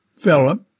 Philip